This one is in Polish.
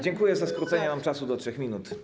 Dziękuję za skrócenie nam czasu do 3 minut.